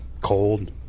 cold